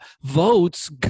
votes